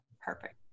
perfect